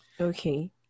Okay